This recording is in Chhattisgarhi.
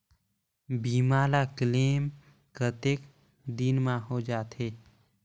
बीमा ला क्लेम कतेक दिन मां हों जाथे?